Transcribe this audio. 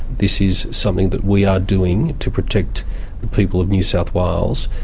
this is something that we are doing to protect the people of new south wales,